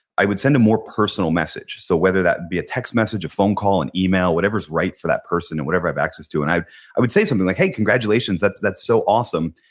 i would send a more personal message. so whether that be a text message, a phone call, an email, whatever's right for that person and whatever i have access to. and i i would say something like, hey congratulations that's that's so awesome.